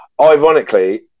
Ironically